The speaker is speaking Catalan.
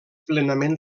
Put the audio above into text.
plenament